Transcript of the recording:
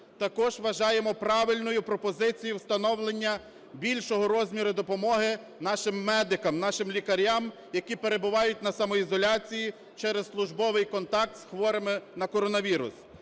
Також вважаємо правильною пропозицію встановлення більшого розміру допомоги нашим медикам, нашим лікарям, які перебувають на самоізоляції через службовий контакт з хворими на коронавірус.